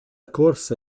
corsa